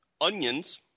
onions